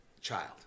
child